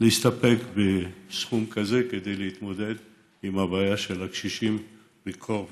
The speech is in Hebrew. להסתפק בסכום כזה כדי להתמודד עם הבעיה של הקשישים בקור ובחום.